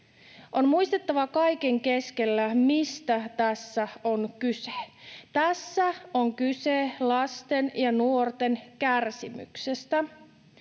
On muistettava kaiken keskellä, mistä tässä on kyse: tässä on kyse lasten ja nuorten kärsimyksestä.